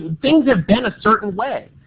things have been a certain way.